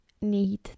need